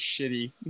shitty